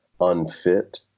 unfit